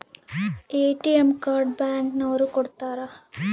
ATM card bank ನವರು ಕೊಡ್ತಾರ